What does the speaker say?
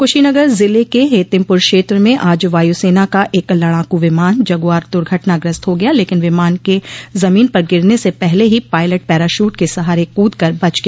कुशीनगर जिले के हेतिमपुर क्षेत्र में आज वायुसेना का एक लड़ाकू विमान जगुआर दुर्घटनाग्रस्त हो गया लेकिन विमान के जमीन पर गिरने से पहले ही पायलट पैराशूट के सहारे कूद कर बच गया